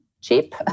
cheap